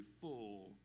full